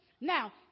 Now